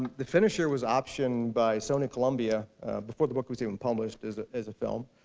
the finisher was optioned by sony columbia before the book was even published, as as a film.